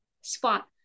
spot